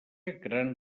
gran